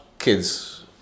kids